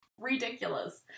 ridiculous